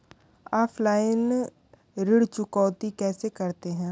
Offline ऋण चुकौती कैसे करते हैं?